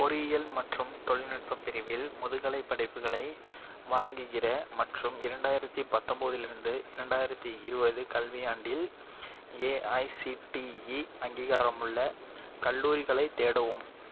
பொறியியல் மற்றும் தொழில்நுட்ப பிரிவில் முதுகலைப் படிப்புகளை வழங்குகிற மற்றும் இரண்டாயிரத்து பத்தொம்பதிலிருந்து இரண்டாயிரத்து இருபது கல்வியாண்டில் ஏஐசிடிஇ அங்கீகாரமுள்ள கல்லூரிகளைத் தேடவும்